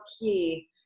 key